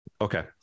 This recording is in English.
Okay